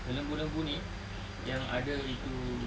lembu-lembu ni yang ada itu